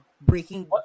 breaking